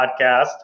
podcast